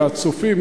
לצופים,